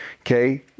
Okay